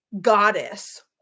goddess